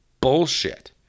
bullshit